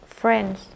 friends